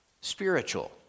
Spiritual